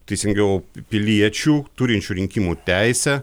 teisingiau piliečių turinčių rinkimų teisę